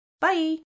Bye